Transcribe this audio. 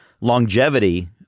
longevity